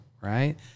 right